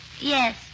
Yes